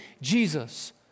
Jesus